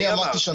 אני אמרתי.